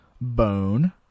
bone